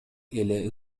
эле